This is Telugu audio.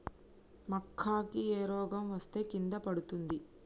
మక్కా కి ఏ రోగం వస్తే కింద పడుతుంది?